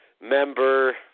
member